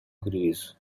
greece